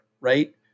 right